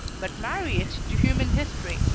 but marry it to human history,